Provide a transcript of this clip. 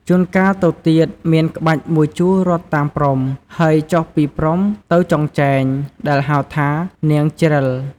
ជួនកាលទៅទៀតមានក្បាច់មួយជួររត់តាមព្រំ ហើយចុះពីព្រំទៅចុងចែង ដែលហៅថា “នាងច្រិល”។